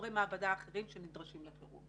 וחומרי מעבדה אחרים שנדרשים לחירום.